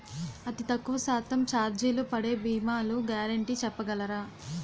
అతి తక్కువ శాతం ఛార్జీలు పడే భీమాలు గ్యారంటీ చెప్పగలరా?